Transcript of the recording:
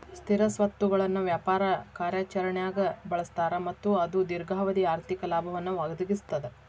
ಸ್ಥಿರ ಸ್ವತ್ತುಗಳನ್ನ ವ್ಯಾಪಾರ ಕಾರ್ಯಾಚರಣ್ಯಾಗ್ ಬಳಸ್ತಾರ ಮತ್ತ ಅದು ದೇರ್ಘಾವಧಿ ಆರ್ಥಿಕ ಲಾಭವನ್ನ ಒದಗಿಸ್ತದ